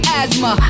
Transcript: asthma